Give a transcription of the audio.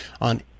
on